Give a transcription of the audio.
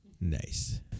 Nice